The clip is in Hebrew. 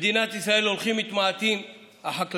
במדינת ישראל הולכים ומתמעטים החקלאים,